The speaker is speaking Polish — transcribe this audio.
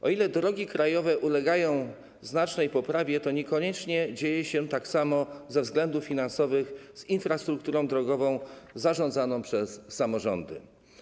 O ile drogi krajowe ulegają znacznej poprawie, to niekoniecznie dzieje się tak samo ze względów finansowych z infrastrukturą drogową zarządzaną przez samorządy.